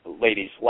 ladies